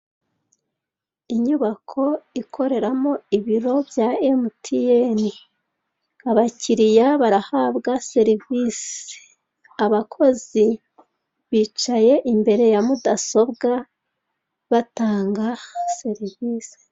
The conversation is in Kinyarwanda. Inyubako ikoreramo ibiro bya emutiyeni, abakiriya barahabwa serivise, abakozi bicaye imbere ya mudasobwa batanga serivise.